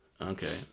okay